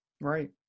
Right